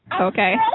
Okay